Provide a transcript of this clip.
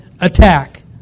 attack